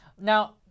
Now